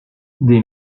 des